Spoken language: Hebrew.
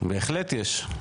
בהחלט יש.